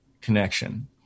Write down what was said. connection